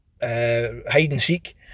hide-and-seek